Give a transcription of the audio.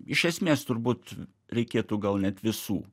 iš esmės turbūt reikėtų gal net visų